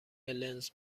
لنز